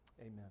Amen